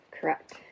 Correct